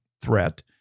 threat